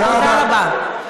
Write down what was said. תודה רבה.